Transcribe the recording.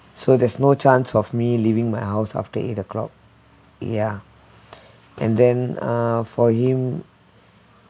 so there's no chance of me leaving my house after eight o'clock yeah and then uh for him